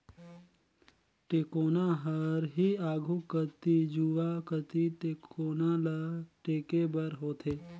टेकोना हर ही आघु कती जुवा कती टेकोना ल टेके बर होथे